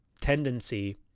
tendency